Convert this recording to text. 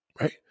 right